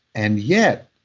and yet,